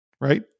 Right